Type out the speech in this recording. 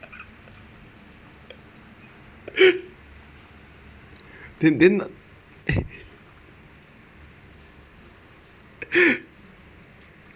didn't didn't